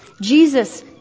Jesus